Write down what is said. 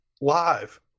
live